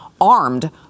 armed